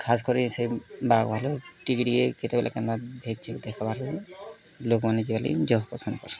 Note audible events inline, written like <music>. ଖାସ୍ କରି ସେଇ ବାଘ୍ ଭାଲୁ ଟିକେ ଟିକେ କେତେବେଲେ କେନ୍ତା <unintelligible> ଦେଖ୍ବାର୍ ଲୋକ୍ମାନେ ଆଜିକାଲି ଜହ ପସନ୍ଦ୍ କର୍ସନ୍